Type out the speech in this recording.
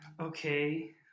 okay